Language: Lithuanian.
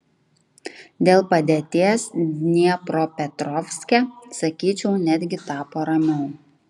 dėl padėties dniepropetrovske sakyčiau netgi tapo ramiau